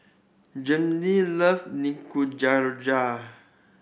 Jeanne love